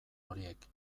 horiek